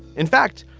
in fact,